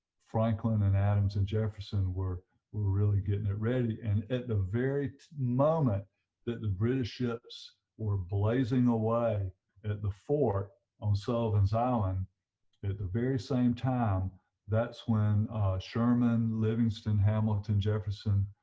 franklin and adams and jefferson were were really getting it ready and at the very moment that the british ships were blazing away at the fort on sullivan's island at the very same time that's when sherman, livingston, hamilton, jefferson,